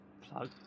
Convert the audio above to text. plug